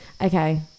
okay